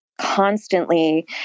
constantly